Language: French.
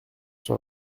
sur